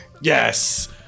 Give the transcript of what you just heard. Yes